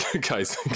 Guy's